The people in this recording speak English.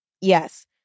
Yes